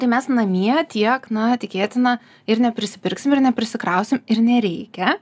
tai mes namie tiek na tikėtina ir neprisipirksim ir neprisikrausim ir nereikia